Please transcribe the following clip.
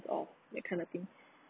or that kind of thing